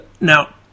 Now